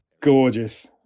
Gorgeous